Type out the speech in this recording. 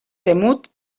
temut